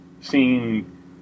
seeing